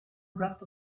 breath